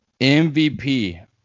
MVP